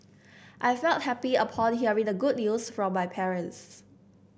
I felt happy upon hearing the good news from my parents